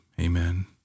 amen